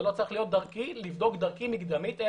זה לא צריך לבדוק דרכי מקדמית.